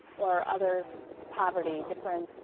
or other poverty. different